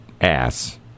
ass